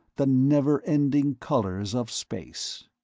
the never-ending colors of space!